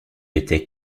étais